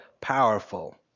powerful